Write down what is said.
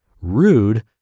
rude